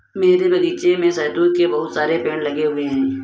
मेरे बगीचे में शहतूत के बहुत सारे पेड़ लगे हुए हैं